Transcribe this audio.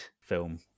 film